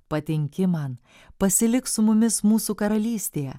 patinki man pasilik su mumis mūsų karalystėje